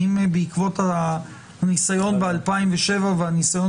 האם בעקבות הניסיון ב-2007 והניסיון